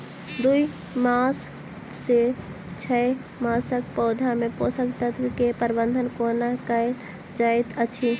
दू मास सँ छै मासक पौधा मे पोसक तत्त्व केँ प्रबंधन कोना कएल जाइत अछि?